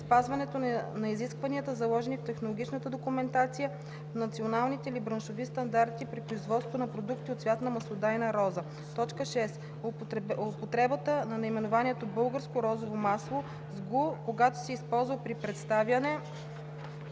на изискванията, заложени в технологичната документация, в националните или браншови стандарти при производството на продукти от цвят на маслодайна роза; 6. употребата на наименованието „Българско розово масло“ (Bulgarsko rozovo maslo) (ЗГУ), когато се използва при представяне,